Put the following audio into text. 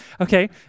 Okay